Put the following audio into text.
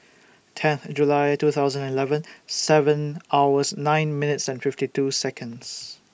tenth July two thousand and eleven seven hours nine minutes and fifty two Seconds